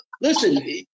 listen